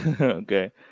Okay